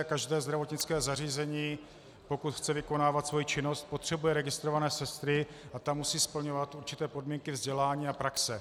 Každé zdravotnické zařízení, pokud chce vykonávat svoji činnost, potřebuje registrované sestry a ty musí splňovat určité podmínky vzdělání a praxe.